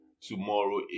Tomorrow